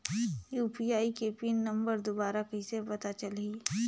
UPI के PIN number दुबारा कइसे पता चलही?